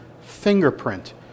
fingerprint